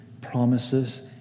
promises